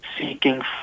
seeking